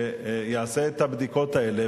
שיעשה את הבדיקות האלה,